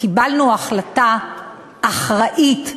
קיבלנו החלטה אחראית.